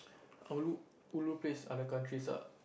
ulu ulu place are the countries ah